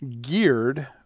geared